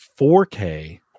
4K